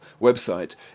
website